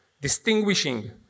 distinguishing